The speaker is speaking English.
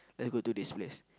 and we got to this place